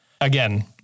Again